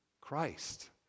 Christ